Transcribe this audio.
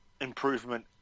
improvement